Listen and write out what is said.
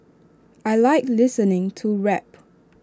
I Like listening to rap